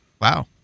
Wow